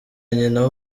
nyina